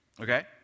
okay